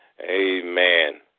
Amen